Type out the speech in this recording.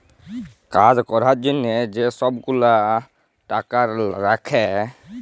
কাজ ক্যরার জ্যনহে যে ছব গুলা টাকা রাখ্যে